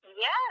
Yes